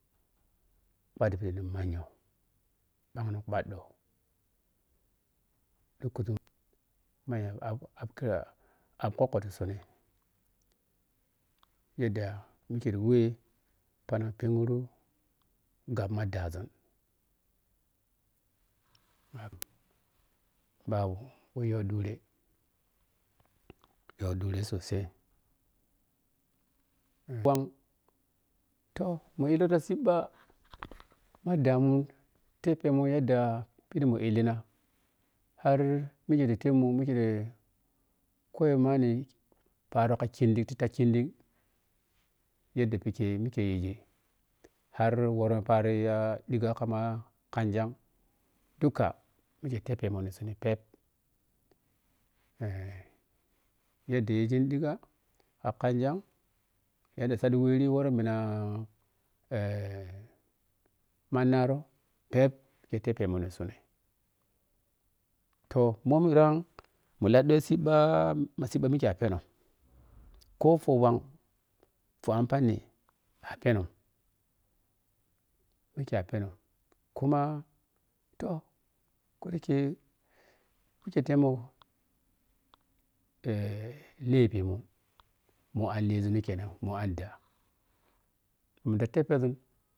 Pha ɗhi bhidi ni maghyo bhag no ɓhaɗɗo ɗhukuȝum ma yam app ka app khukko ti sun yadda mikye riwɛ phanag ni pheghiru ghap ma ɗaȝun babu babu to ɗure yo ɗure sosai bhag toh mu ɗihiti ka siimba ma ɗhamun ten phemun phiɗi mu illina har mikye ɗe tepmu mikye te koyemu manni paaro ka khinɗi ta khinɗiig yaɗɗa phikye mikye yighi har woro paani ɗigga ka khangyag duka mikye teppeh mun ni sun phep eh yadd yighi ɗhigga ka khan gyang yadd saaɗi wiri wor mina mannaroh phep mikye teppe munnisun toh mo mirang mun ta siiba ma siiba mikye a pirenu koh phowhan phoagphani a phenog mikye a phenhog kuma toh kadate mikye temoh eh lepimun u an leȝung kenan mu an ɗaa mun ɗa ɛhepheȝun.